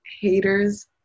haters